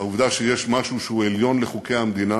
העובדה שיש משהו שהוא עליון לחוקי המדינה.